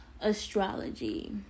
astrology